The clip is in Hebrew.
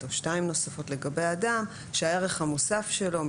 או שתיים נוספות לגבי אדם --- מי יקבע את הערך המוסף של אותו אדם?